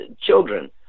children